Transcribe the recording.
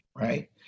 right